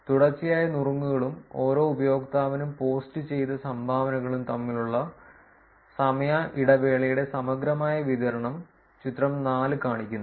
തുടർച്ചയായ നുറുങ്ങുകളും ഓരോ ഉപയോക്താവിനും പോസ്റ്റുചെയ്ത സംഭാവനകളും തമ്മിലുള്ള സമയ ഇടവേളയുടെ സമഗ്രമായ വിതരണം ചിത്രം 4 കാണിക്കുന്നു